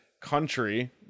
country